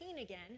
again